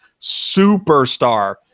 superstar